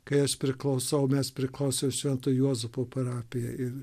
kai aš priklausau mes priklausom švento juozapo parapijai ir